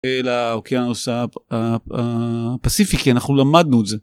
אל האוקיינוס ה... ה... הפסיפיקי אנחנו למדנו את זה.